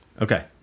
Okay